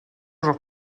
jours